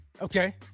Okay